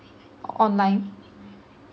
online